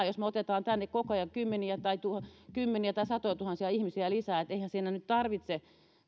jos me otamme tänne koko ajan kymmeniä tai satojatuhansia ihmisiä lisää eihän siinä nyt tarvitse olla